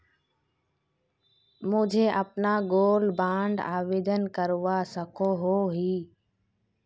मुई अपना gold bond आवेदन करवा सकोहो ही?